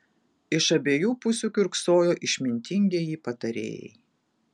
iš abiejų pusių kiurksojo išmintingieji patarėjai